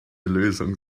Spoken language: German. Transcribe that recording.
lösung